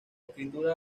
escritura